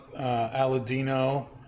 Aladino